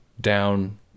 down